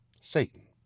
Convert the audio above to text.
Satan